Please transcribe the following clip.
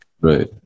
Right